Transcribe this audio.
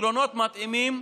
פתרונות מתאימים,